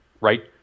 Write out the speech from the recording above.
right